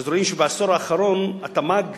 אז רואים שבעשור האחרון התמ"ג